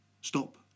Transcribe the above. stop